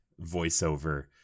voiceover